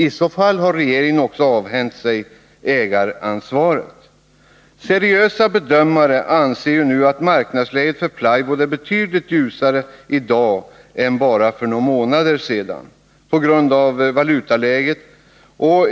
I så fall har regeringen avhänt sig ägaransvaret. Seriösa bedömare anser att på grund av valutaläget marknadsläget för plywood är betydligt ljusare i dag än för bara några månader sedan.